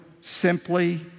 simply